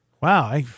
Wow